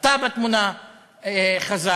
אתה בתמונה חזק,